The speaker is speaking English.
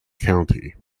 county